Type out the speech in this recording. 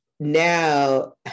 Now